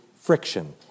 friction